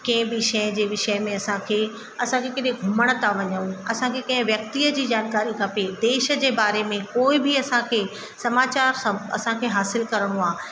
कंहिं बि शइ जे विषय में असांखे असांखे केॾे घुमण था वञूं असांखे कंहिं व्यक्तिअ जी जानकारी खपे देश जे बारे में कोई बि असांखे समाचारु सभु असांखे हासिलु करिणो आहे